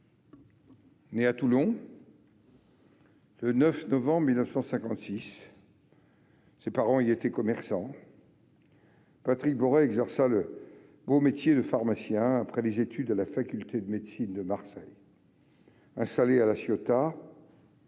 Né à Toulon le 9 novembre 1956, de parents commerçants, Patrick Boré exerça le beau métier de pharmacien, après des études à la faculté de médecine de Marseille. Installé à La Ciotat,